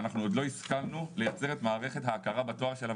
ואנחנו עוד לא השכלנו לייצר את מערכת ההכרה בתואר שלה,